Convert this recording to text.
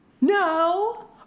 No